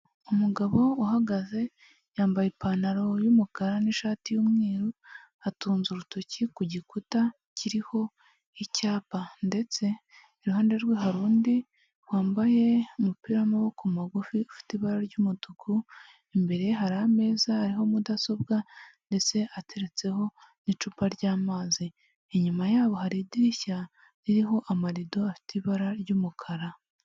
Umugabo uhagaze, yambaye ipantaro y'umukara, n'ishati y'umweru, atunze urutoki ku gikuta kiriho icyapa, ndetse iruhande rwe hari undi wambaye umupira w'amaboko magufi, ufite ibara ry'umutuku, imbere ye hari ameza ariho mudasobwa, ndetse ateretseho n'icupa ry'amazi, inyuma yabo hari idirishya, ririho amarido afite ibara ry'umukara.